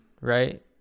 Right